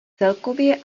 celkově